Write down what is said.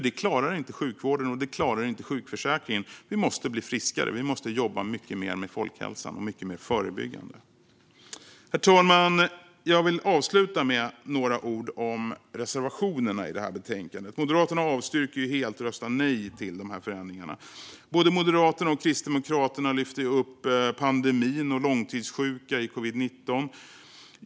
Det klarar inte sjukvården, och det klarar inte sjukförsäkringen. Vi måste bli friskare. Vi måste jobba mycket mer med folkhälsan och mycket mer förebyggande. Herr talman! Jag vill avsluta med några ord om reservationerna i betänkandet. Moderaterna avstyrker helt och röstar nej till förändringarna. Både Moderaterna och Kristdemokraterna lyfter ju upp pandemin och långtidssjuka i covid-19.